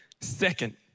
second